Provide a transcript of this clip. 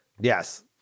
yes